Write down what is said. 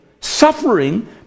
Suffering